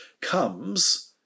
comes